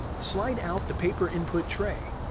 slide out the paper input tray.